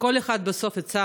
וכל אחד בסוף יישא